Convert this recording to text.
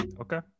okay